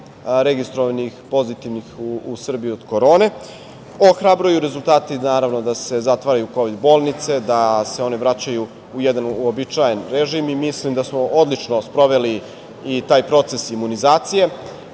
registrovanih pozitivnih od korone. Ohrabruju rezultati, naravno, da se zatvaraju kovid bolnice, da se one vraćaju u jedan uobičajeni režim i mislim da smo odlično sproveli i taj proces imunizacije.Međutim,